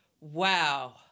wow